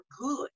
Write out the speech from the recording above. good